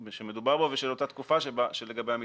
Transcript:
שמדובר בו ושל אותה תקופה שלגביה מתייחסים.